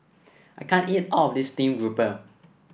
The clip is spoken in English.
I can't eat all of this Steamed Grouper